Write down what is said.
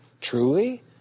truly